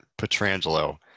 Petrangelo